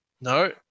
No